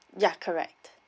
yeah correct